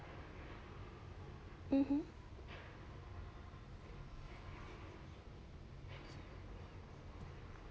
mmhmm